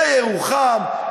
בירוחם,